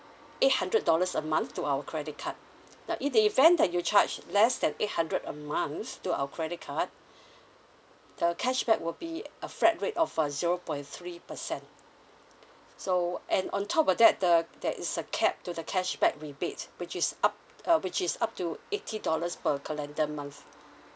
eight hundred dollars a month to our credit card now in the event that you charge less than eight hundred a month to our credit card the cashback will be a flat rate of uh zero point three percent so and on top of that the there is a cap to the cashback rebate which is up uh which is up to eighty dollars per calendar month